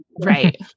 right